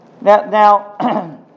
Now